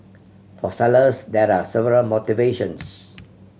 for sellers there are several motivations